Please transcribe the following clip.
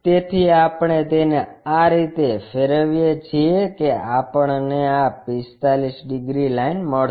તેથી આપણે તેને આ રીતે ફેરવીએ છીએ કે આપણને આ 45 ડિગ્રી લાઇન મળશે